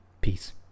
Peace